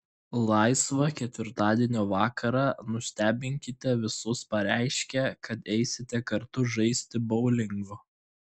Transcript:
laisvą ketvirtadienio vakarą nustebinkite visus pareiškę kad eisite kartu žaisti boulingo